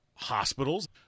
hospitals